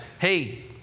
hey